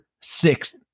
sixth